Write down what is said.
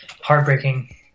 heartbreaking